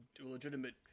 legitimate